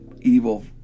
evil